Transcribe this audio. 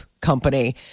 company